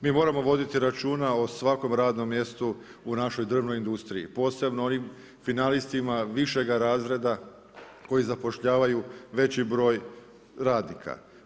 Mi moramo voditi računa o svakom radnom mjestu u našoj drvnoj industriji posebno onim finalistima višega razreda koji zapošljavaju veći broj radnika.